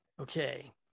Okay